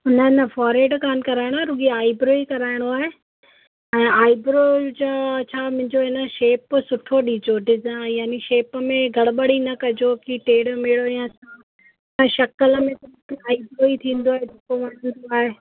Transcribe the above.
न न फोरहेड कोन कराइणो आहे रुगो आइब्रो ई कराइणो आहे ऐं आइब्रो जा छा मुंहिंजो इन शेप सुठो ॾिजो ॾिज़ा यानी शेप में गड़बड़ी न कजो कि टेड़ो मेड़ो या शकल में आइब्रो ई थींदो आहे जो थींदो आहे